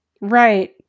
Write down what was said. right